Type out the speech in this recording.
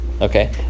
okay